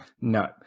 No